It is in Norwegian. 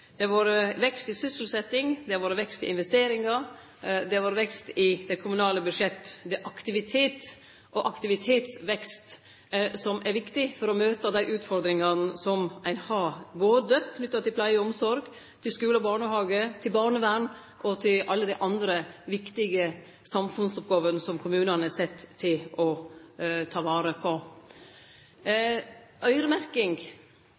Det har vore vekst i sysselsetjing, det har vore vekst i investeringar, det har vore vekst i dei kommunale budsjetta. Det er aktivitet og aktivitetsvekst, som er viktig for å møte dei utfordringane ein har knytte til pleie og omsorg, til skule og barnehage, til barnevern og til alle dei andre viktige samfunnsoppgåvene som kommunane er sette til å ta vare på. Øyremerking har mange sider. Eg er ikkje imot øyremerking